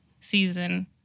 season